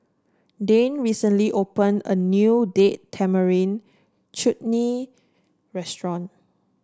Dayne recently opened a new Date Tamarind Chutney Restaurant